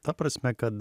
ta prasme kad